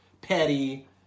Petty